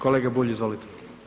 Kolega Bulj izvolite.